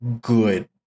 good